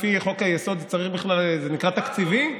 בכלל, לפי חוק-היסוד, זה נקרא תקציבי?